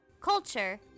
culture